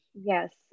Yes